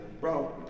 bro